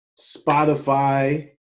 Spotify